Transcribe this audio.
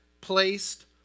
placed